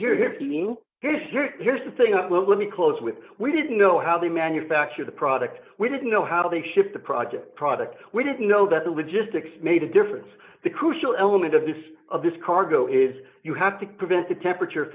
here here's the thing up well let me close with we didn't know how they manufacture the product we didn't know how they shipped the project product we didn't know that the logistics made a difference the crucial element of this of this cargo is you have to prevent the temperature